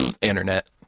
internet